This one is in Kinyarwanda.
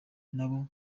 nabo